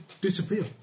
disappear